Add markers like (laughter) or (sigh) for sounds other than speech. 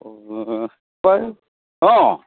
অ' (unintelligible) অ'